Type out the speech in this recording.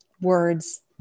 words